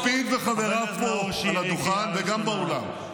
לפיד וחבריו פה, על הדוכן וגם באולם,